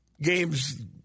games